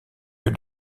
lieu